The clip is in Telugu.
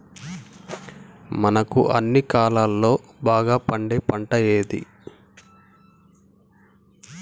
మనకు అన్ని కాలాల్లో బాగా పండే పంట ఏది?